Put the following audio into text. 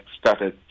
started